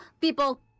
people